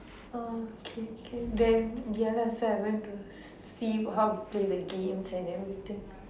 okay k then ya lah so I went to see how to play the games and everything